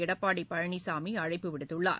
எடப்பாடி பழனிசாமி அழைப்பு விடுத்துள்ளார்